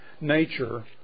nature